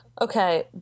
Okay